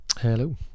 Hello